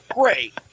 Great